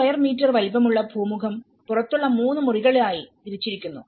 6 square metre വലിപ്പമുള്ള പൂമുഖം പുറത്തുള്ള 3 മുറികളായി തിരിച്ചിരിക്കുന്നു